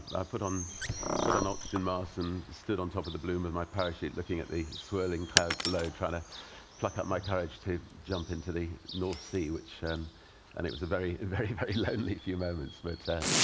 i put on but my oxygen mask and stood on top of the balloon, with my parachute, looking at the swirling clouds below, trying to pluck up my courage to jump into the north sea, which and and it was a very, very, very lonely few moments. but,